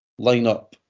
lineup